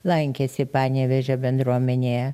lankėsi panevėžio bendruomenėje